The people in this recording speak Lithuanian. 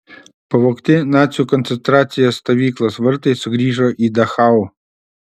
pavogti nacių koncentracijos stovyklos vartai sugrįžo į dachau